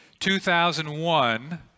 2001